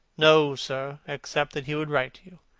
no, sir, except that he would write to you